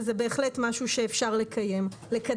וזה בהחלט משהו שאפשר לקדם.